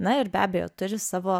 na ir be abejo turi savo